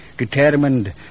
determined